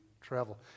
travel